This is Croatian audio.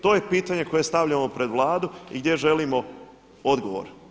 To je pitanje koje stavljamo pred Vladu i gdje želimo odgovor.